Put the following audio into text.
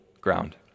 ground